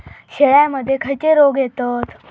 शेळ्यामध्ये खैचे रोग येतत?